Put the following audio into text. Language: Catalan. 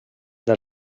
del